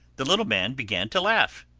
the little man began to laugh.